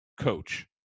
coach